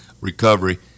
recovery